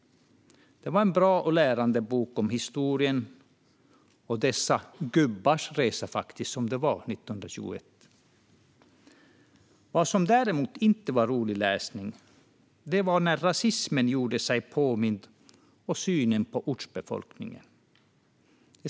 Det var en bra och lärande historia om dessa gubbar, som det faktiskt var 1921, och deras resa. Vad som däremot inte var rolig läsning var när rasismen gjorde sig påmind i synen på ortsbefolkningen.